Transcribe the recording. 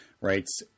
writes